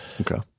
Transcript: Okay